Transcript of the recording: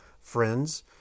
friends